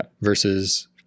versus